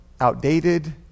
Outdated